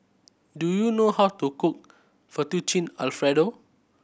do you know how to cook Fettuccine Alfredo